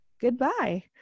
goodbye